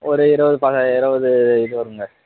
ஒரு இருபது இருபது இது வருங்க